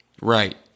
Right